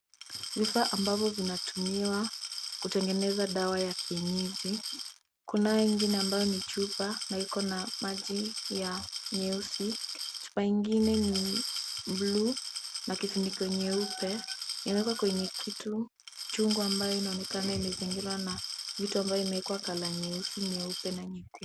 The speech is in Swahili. Vifaa ambavyo vinatumiwa kutengeneza dawa ya kienyeji. Kunayo ingine ambayo ni chupa na iko na maji ya nyeusi. Chupa ingine ni blue na kifuniko nyeupe. Imewekwa kwenye kitu chungwa ambayo inaonekana imezingirwa na vitu ambayo imewekwa color nyeusi, nyeupe na nyekundu.